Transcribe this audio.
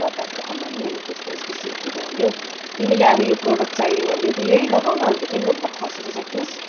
गर्दा त आमामा मेरो केस त सिल्की भयो नि हौ तिमीले अब यो प्रडक्ट चाहियो भने यही लगाउ न त अन्त तिम्रो पनि त खस्रो छ केस